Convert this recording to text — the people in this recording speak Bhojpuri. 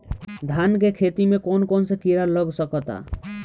धान के खेती में कौन कौन से किड़ा लग सकता?